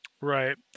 Right